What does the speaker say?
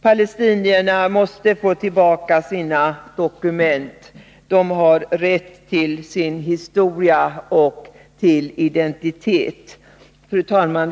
Palestinierna måste få tillbaka sina dokument. De har rätt till sin historia och till identitet. Fru talman!